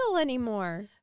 anymore